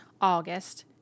august